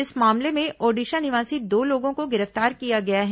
इस मामले में ओडिशा निवासी दो लोगों को गिरफ्तार किया गया है